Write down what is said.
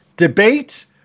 debate